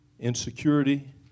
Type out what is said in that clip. insecurity